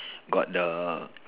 got the